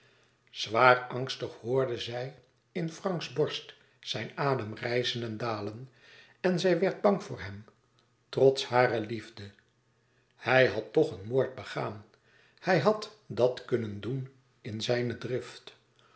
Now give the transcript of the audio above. zwaar angstig hoorde zij in franks borst zijn adem rijzen en dalen en zij werd bang voor hem trots hare liefde hij had toch een moord begaan hij had dat kunnen doen in zijne